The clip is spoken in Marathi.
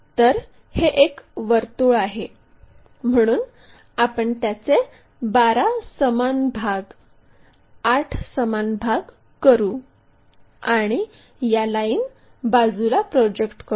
तर हे एक वर्तुळ आहे म्हणून आपण त्याचे 12 समान भाग 8 समान भाग करू आणि या लाईन बाजूला प्रोजेक्ट करू